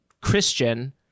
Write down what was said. Christian